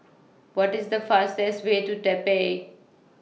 What IS The fastest Way to Taipei